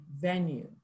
venue